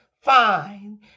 fine